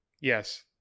Yes